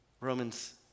Romans